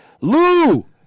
Lou